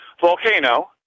volcano